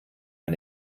man